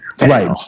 Right